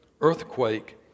earthquake